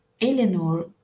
Eleanor